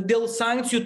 dėl sankcijų